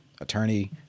attorney